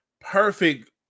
perfect